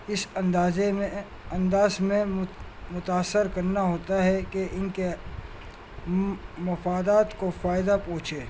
اس اندازے میں انداز میں متاثر کرنا ہوتا ہے کہ ان کے مفادات کو فائدہ پہنچے